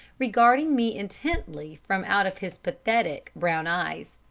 regarding me intently from out of his pathetic brown eyes.